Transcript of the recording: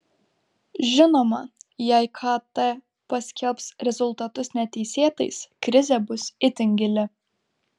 žinoma jei kt paskelbs rezultatus neteisėtais krizė bus itin gili